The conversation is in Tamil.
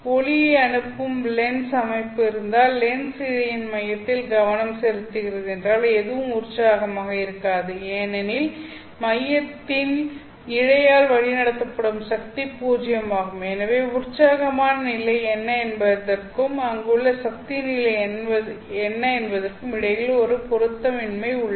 ஒளியை அனுப்பும் லென்ஸ் அமைப்பு இருந்தால் லென்ஸ் இழையின் மையத்தில் கவனம் செலுத்துகிறது என்றால் எதுவும் உற்சாகமாக இருக்காது ஏனெனில் மையத்தில் இழையால் வழிநடத்தப்படும் சக்தி பூஜ்ஜியம் ஆகும் எனவே உற்சாகமான நிலை என்ன என்பதற்கும் அங்குள்ள சக்தி நிலை என்ன என்பதற்கும் இடையில் ஒரு பொருத்தமின்மை உள்ளது